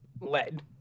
lead